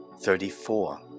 Thirty-four